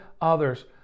others